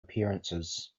appearances